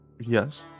Yes